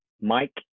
Mike